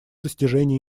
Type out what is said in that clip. достижении